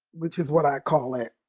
which is what i call it,